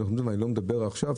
ואני לא מדבר עכשיו,